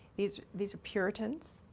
these these are puritans,